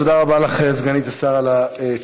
תודה רבה לך, סגנית השר, על התשובה.